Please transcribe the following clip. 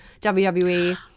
wwe